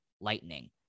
lightning